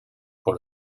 pour